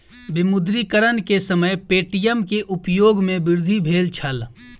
विमुद्रीकरण के समय पे.टी.एम के उपयोग में वृद्धि भेल छल